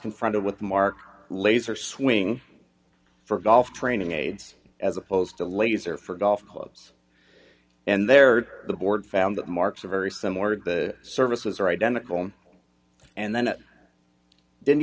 confronted with marked laser swing for golf training aids as opposed to laser for golf clubs and there are the board found that marks are very similar to the services are identical and then it didn't